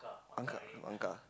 Angkat angkat